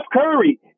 Curry